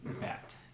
Bat